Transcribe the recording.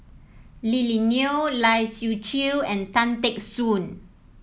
Lily Neo Lai Siu Chiu and Tan Teck Soon